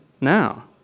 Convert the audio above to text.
now